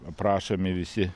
aprašomi visi